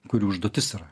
kurių užduotis yra